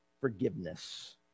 forgiveness